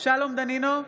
שלום דנינו,